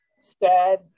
sad